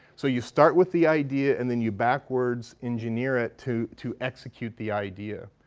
so you start with the idea and then you backwards engineer it to to execute the idea.